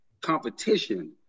competition